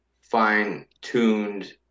fine-tuned